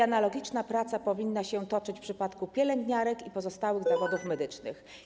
Analogiczne prace powinny się toczyć w przypadku pielęgniarek i pozostałych zawodów medycznych.